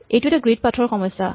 এইটো এটা grid path ৰ সমস্যা